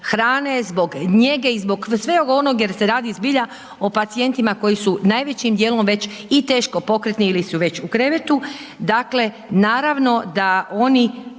hrane, zbog njege i zbog svega onog jer se radi zbilja o pacijentima koji su najvećim dijelom već i teško pokretni ili su već u krevetu, dakle, naravno da oni